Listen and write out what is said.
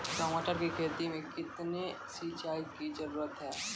टमाटर की खेती मे कितने सिंचाई की जरूरत हैं?